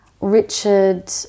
Richard